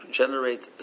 generate